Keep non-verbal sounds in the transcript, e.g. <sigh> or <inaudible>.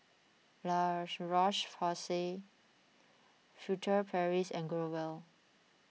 La Roche <unintelligible> Furtere Paris and Growell